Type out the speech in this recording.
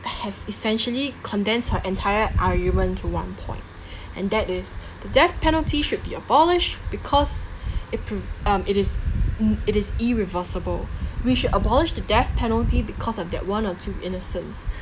has essentially condense her entire argument to one point and that is the death penalty should be abolished because it p~ um it is m~ it is irreversible we should abolished the death penalty because of that one or two innocence